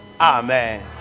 Amen